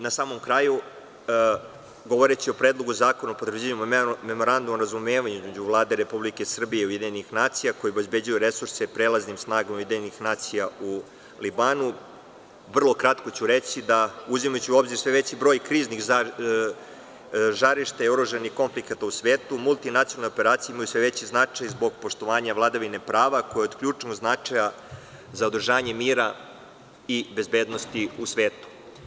Na samomkraju, govoreći o Predlogu zakona o potvrđivanju Memoranduma o razumevanju između Vlade Republike Srbije i UN, koji obezbeđuje resurse prelaznim snaga UN u Libanu, vrlo kratko ću reći da, uzimajući u obzir sve veći broj kriznih žarišta i oružanih konflikata u svetu, multinacionalne operacije imaju sve veći značaj zbog poštovanja vladavine prava, koja je od ključnog značaja za održanje mira i bezbednosti u svetu.